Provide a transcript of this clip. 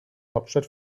hauptstadt